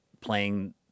playing